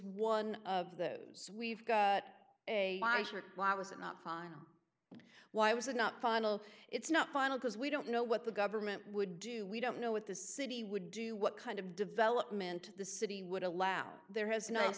one of those we've got a why was it not final why was it not final it's not final because we don't know what the government would do we don't know what the city would do what kind of development the city would allow there has not